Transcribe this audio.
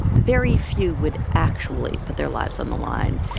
very few would actually put their lives on the line.